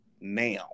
now